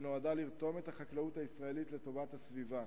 שנועדה לרתום את החקלאות הישראלית לטובת הסביבה.